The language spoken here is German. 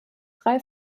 drei